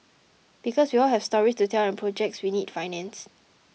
because we all have stories to tell and projects we need financed